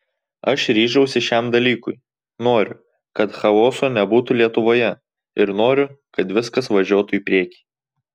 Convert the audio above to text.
aš ryžausi šiam dalykui noriu kad chaoso nebūtų lietuvoje ir noriu kad viskas važiuotų į priekį